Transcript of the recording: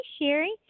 Sherry